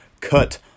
cut